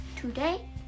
today